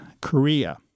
Korea